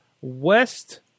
West